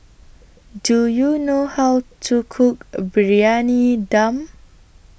Do YOU know How to Cook A Briyani Dum